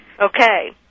okay